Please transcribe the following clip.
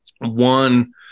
one